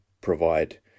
provide